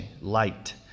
light